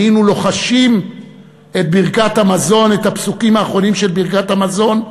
היינו לוחשים את הפסוקים האחרונים של ברכת המזון,